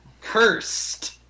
cursed